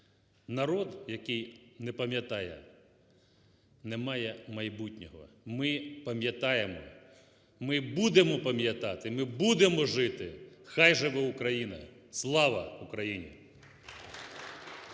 Народ, який не пам'ятаєте, не має майбутнього. Ми пам'ятаємо. Ми будемо пам'ятати. Ми будемо жити. Хай живе Україна! Слава Україні!